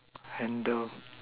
handler